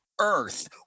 earth